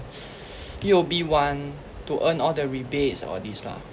U_O_B one to earn all the rebates all this lah